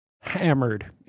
hammered